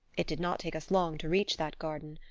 it did not take us long to reach that garden!